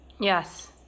Yes